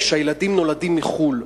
כשהילדים נולדים בחו"ל.